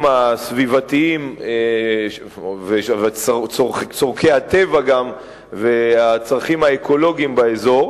הסביבתיים וגם צורכי הטבע והצרכים האקולוגיים באזור,